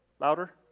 Louder